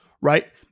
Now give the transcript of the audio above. right